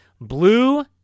Blue